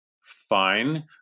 fine